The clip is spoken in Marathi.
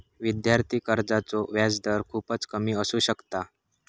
विद्यार्थी कर्जाचो व्याजदर खूपच कमी असू शकता